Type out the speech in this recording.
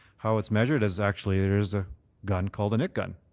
how it's measured is actually there is a gun called a knit gun.